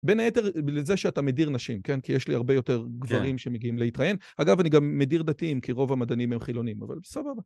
בין היתר לזה שאתה מדיר נשים, כן? כי יש לי הרבה יותר גברים שמגיעים להתראיין. אגב, אני גם מדיר דתיים, כי רוב המדענים הם חילונים, אבל סבבה.